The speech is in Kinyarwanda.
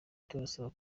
tubasaba